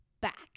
back